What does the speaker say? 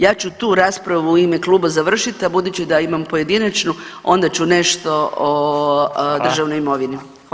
Ja ću tu raspravu u ime kluba završit, a budući da imam pojedinačnu onda ću nešto o državnoj imovini.